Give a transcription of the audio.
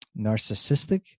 narcissistic